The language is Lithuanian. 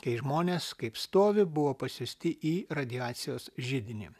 kai žmonės kaip stovi buvo pasiųsti į radiacijos židinį